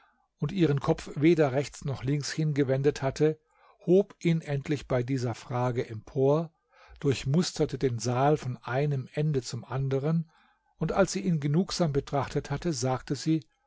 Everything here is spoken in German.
und ihren kopf weder rechts noch links hingewendet hatte hob ihn endlich bei dieser frage empor durchmusterte den saal von einem ende zum andere und als sie ihn genugsam betrachtet hatte sagte sie